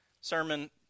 sermon